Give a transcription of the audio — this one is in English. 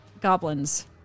goblins